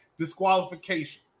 disqualification